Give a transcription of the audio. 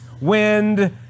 wind